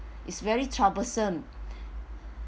it's very troublesome